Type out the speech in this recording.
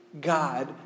God